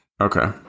Okay